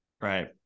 Right